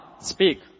speak